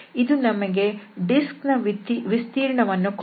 ಇದು ನಮಗೆ ಡಿಸ್ಕ್ ನ ವಿಸ್ತೀರ್ಣ ವನ್ನು ನೀಡುತ್ತದೆ